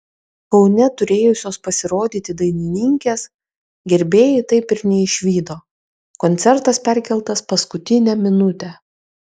kaune turėjusios pasirodyti dainininkės gerbėjai taip ir neišvydo koncertas perkeltas paskutinę minutę